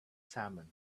salmon